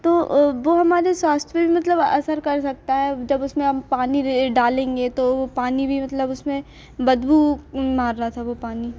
तो वो हमारे स्वास्थ्य पर भी मतलब असर कर सकता है जब उसमें हम पानी डालेंगे तो वो पानी भी मतलब उसमें बदबू मार रहा था वो पानी